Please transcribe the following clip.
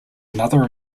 another